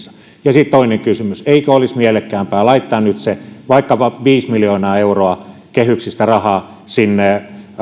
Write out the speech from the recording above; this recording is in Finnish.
ja sitten toinen kysymys eikö olisi mielekkäämpää laittaa nyt se vaikkapa viisi miljoonaa euroa kehyksistä rahaa